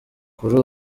kuri